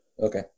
Okay